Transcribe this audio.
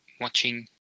watching